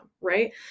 right